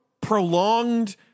prolonged